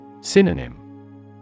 Synonym